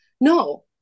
No